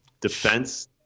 defense